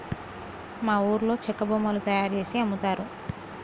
మా ఊర్లో చెక్క బొమ్మలు తయారుజేసి అమ్ముతారు